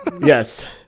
yes